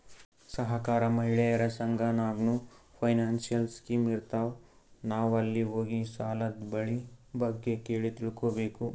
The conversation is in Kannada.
ಸಹಕಾರ, ಮಹಿಳೆಯರ ಸಂಘ ನಾಗ್ನೂ ಫೈನಾನ್ಸಿಯಲ್ ಸ್ಕೀಮ್ ಇರ್ತಾವ್, ನಾವ್ ಅಲ್ಲಿ ಹೋಗಿ ಸಾಲದ್ ಬಗ್ಗೆ ಕೇಳಿ ತಿಳ್ಕೋಬೇಕು